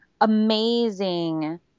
amazing